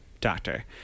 doctor